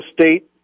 state